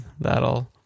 that'll